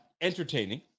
entertaining